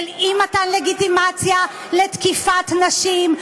של אי-מתן לגיטימציה לתקיפת נשים,